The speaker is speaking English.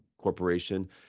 Corporation